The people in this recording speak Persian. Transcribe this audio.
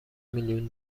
میلیون